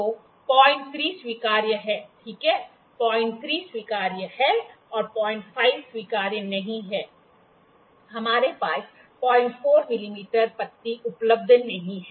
तो 03 स्वीकार्य है ठीक है 03 स्वीकार्य है और 05 स्वीकार्य नहीं है हमारे पास 04 मिमी पत्ती उपलब्ध नहीं है